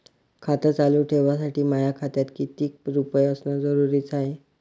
खातं चालू ठेवासाठी माया खात्यात कितीक रुपये असनं जरुरीच हाय?